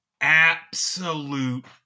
absolute